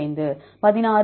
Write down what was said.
5